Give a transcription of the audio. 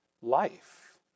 life